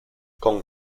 con